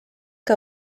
que